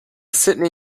sydney